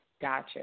Gotcha